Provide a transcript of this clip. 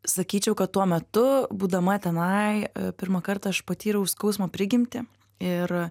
sakyčiau kad tuo metu būdama tenai pirmą kartą aš patyriau skausmo prigimtį ir